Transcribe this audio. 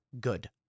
good